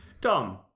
Tom